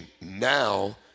now